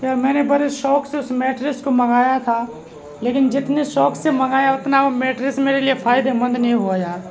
یار میں نے بڑے شوق سے اس میٹرس کو منگایا تھا لیکن جتنے شوق سے منگایا اتنا وہ میٹرس میرے لیے فائدے مند نہیں ہوا یار